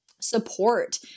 support